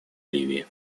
ливии